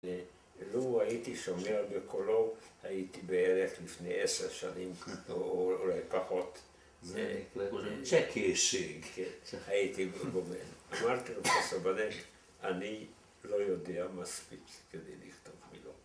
לו הייתי שומע בקולו, הייתי בערך לפני עשר שנים, או אולי פחות... זה, צ'ק אישי... הייתי גובה... אמרתי לפרופסור בנט, אני לא יודע מספיק כדי לכתוב מילון.